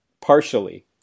partially